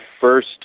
first